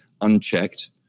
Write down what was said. unchecked